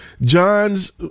John's